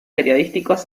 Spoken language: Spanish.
periodísticos